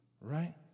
right